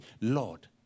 Lord